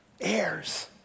Heirs